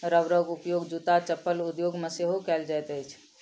रबरक उपयोग जूत्ता चप्पल उद्योग मे सेहो कएल जाइत अछि